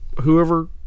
whoever